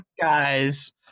guys